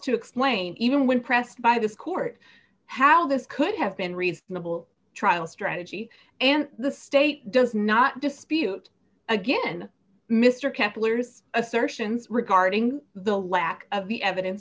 to explain even when pressed by this court how this could have been reasonable trial strategy and the state does not dispute again mr kepler's assertions regarding the lack of the evidence